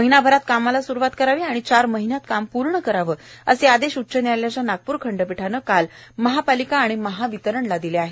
महिनाभरात कामाला स्रूवात करावी आणि चार महिन्यात काम पूर्ण करावे असे आदेश उच्च न्यायालयाच्या नागपूर खंडपीठानं काल महापालिका आणि महावितरणला दिले आहेत